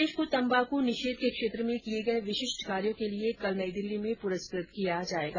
प्रदेश को तंबाकू निषेध के क्षेत्र में किए गए विशिष्ट कार्यो के लिए कल नई दिल्ली में पुरस्कृत किया जायेग